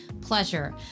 pleasure